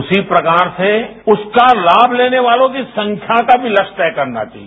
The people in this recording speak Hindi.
उसी प्रकार से इसका लाभ लेने वालों की संख्या का भी लक्ष्य तय करना होगा